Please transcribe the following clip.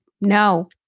No